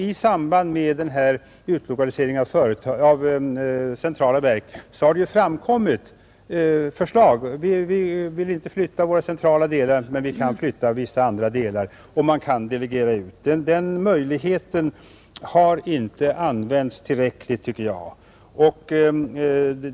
I samband med förslaget om utlokalisering av centrala verk har den meningen framkommit att verken inte vill flytta sina centrala delar, medan de däremot är villiga att flytta andra delar och delegera vissa funktioner. Den möjligheten har inte använts tillräckligt, tycker jag.